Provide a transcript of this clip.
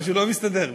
משהו לא מסתדר לי.